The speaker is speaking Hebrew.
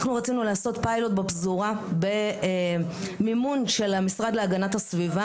רצינו לעשות פיילוט בפזורה במימון של המשרד להגנת הסביבה